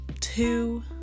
Two